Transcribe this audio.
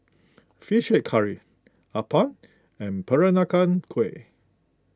Fish Head Curry Appam and Peranakan Kueh